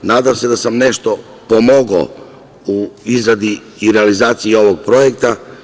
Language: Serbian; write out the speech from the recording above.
Nadam se da sam nešto pomogao u izradi i realizaciji ovog projekta.